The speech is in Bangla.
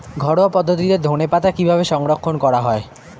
ঘরোয়া পদ্ধতিতে ধনেপাতা কিভাবে সংরক্ষণ করা হয়?